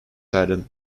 saddened